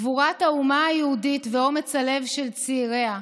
גבורת האומה היהודית ואומץ הלב של צעיריה,